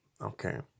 Okay